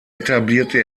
etablierte